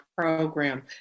program